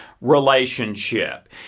relationship